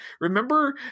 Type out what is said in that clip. remember